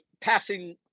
Passing